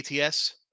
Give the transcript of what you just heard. ATS